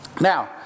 Now